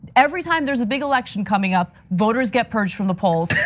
every time there's a big election coming up, voters get purged from the polls,